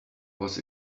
was